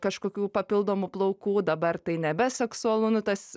kažkokių papildomų plaukų dabar tai nebeseksualu nu tas